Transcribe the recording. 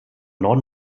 norden